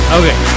okay